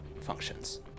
functions